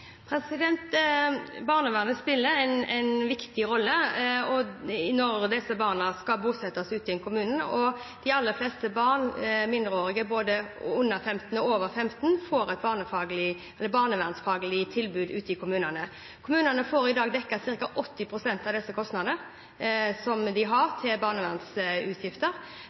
Barnevernet spiller en viktig rolle når disse barna skal bosettes ute i kommunene, og de aller fleste barn, mindreårige, både under 15 og over 15, får et barnevernsfaglig tilbud ute i kommunene. Kommunene får i dag dekket ca. 80 pst. av barnevernsutgiftene. Det er, som